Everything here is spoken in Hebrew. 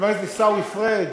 חבר הכנסת עיסאווי פריג'